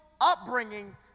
upbringing